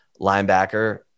linebacker